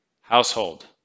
household